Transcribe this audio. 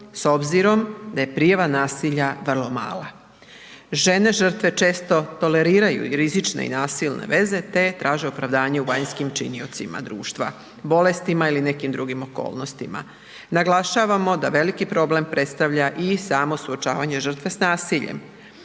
s obzirom da je prijava nasilja vrlo mala. Žene žrtve često toleriraju rizične i nasilne veze te traže opravdanje u vanjskim činiocima društva, bolestima ili nekim drugim okolnostima. Naglašavamo da veliki problem predstavlja i samo suočavanje žrtve s nasiljem.